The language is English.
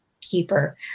keeper